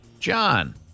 john